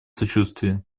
сочувствие